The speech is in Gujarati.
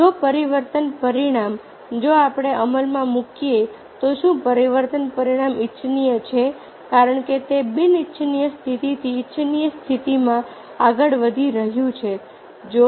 જો પરિવર્તન પરિણામ જો આપણે અમલમાં મૂકીએ તો શું પરિવર્તન પરિણામ ઇચ્છનીય છે કારણ કે તે બિન ઇચ્છનીય સ્થિતિથી ઇચ્છનીય સ્થિતિમાં આગળ વધી રહ્યું છે